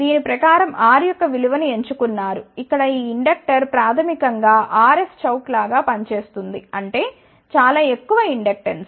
దీని ప్రకారం R యొక్క విలువ ను ఎంచుకున్నారు ఇక్కడ ఈ ఇండక్టర్ ప్రాథమికం గా RF చౌక్ లాగా పని చేస్తుంది అంటే చాలా ఎక్కువ ఇండక్టెన్స్